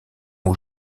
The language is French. aux